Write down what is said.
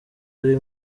ari